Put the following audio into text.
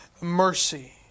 mercy